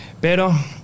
Pero